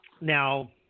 Now